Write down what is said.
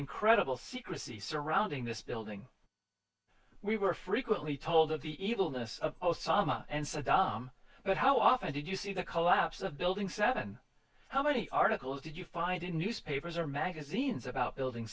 incredible secrecy surrounding this building we were frequently told of the evilness of osama and saddam but how often did you see the collapse of building seven how many articles did you find in newspapers or magazines about building